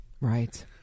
Right